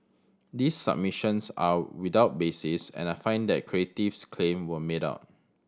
these submissions are without basis and I find that Creative's claim were made out